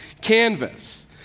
canvas